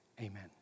amen